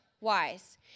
Wise